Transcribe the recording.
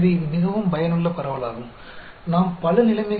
तो यह उसके लिए प्रतीक है